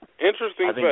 Interesting